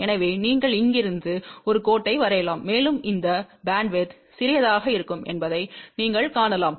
எனவே நீங்கள் இங்கிருந்து இங்கிருந்து ஒரு கோட்டை வரையலாம் மேலும் இந்த பேண்ட்வித் சிறியதாக இருக்கும் என்பதை நீங்கள் காணலாம்